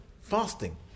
fasting